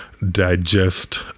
digest